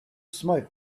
smoke